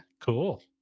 cool